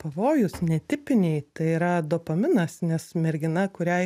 pavojus netipiniai tai yra dopaminas nes mergina kuriai